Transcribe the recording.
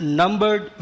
numbered